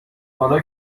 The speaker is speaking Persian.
حالا